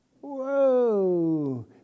Whoa